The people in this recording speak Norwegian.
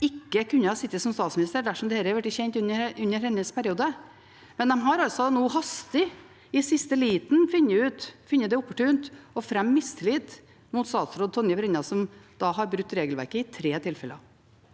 ikke kunne ha sittet som statsminister dersom dette hadde blitt kjent under hennes periode, men de har altså nå – hastig, i siste liten – funnet det opportunt å fremme mistillit mot statsråd Tonje Brenna, som da har brutt regelverket i tre tilfeller.